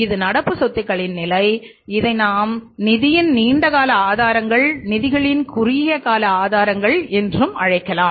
இது நடப்பு சொத்துக்களின் நிலை இதை நாம் நிதியின் நீண்ட கால ஆதாரங்கள் நிதிகளின் குறுகிய கால ஆதாரங்கள் என்று அழைக்கலாம்